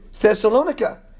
Thessalonica